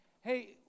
hey